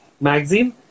Magazine